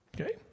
Okay